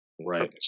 right